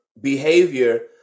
behavior